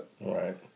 Right